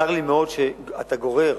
צר לי מאוד שאתה גורר